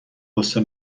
غصه